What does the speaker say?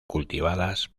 cultivadas